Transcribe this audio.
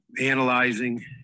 analyzing